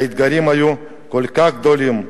האתגרים היו כל כך גדולים,